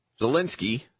Zelensky